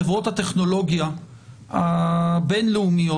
חברות הטכנולוגיה הבין-לאומיות